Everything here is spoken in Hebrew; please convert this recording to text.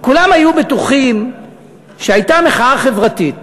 כולם היו בטוחים שהייתה מחאה חברתית